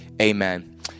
Amen